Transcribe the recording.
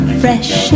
fresh